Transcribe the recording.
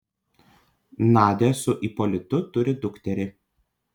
nadia su ipolitu turi dukterį